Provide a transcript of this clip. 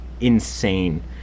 insane